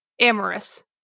Amorous